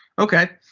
ok.